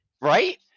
Right